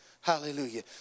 Hallelujah